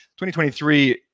2023